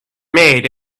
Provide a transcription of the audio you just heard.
made